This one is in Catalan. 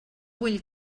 vull